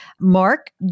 Mark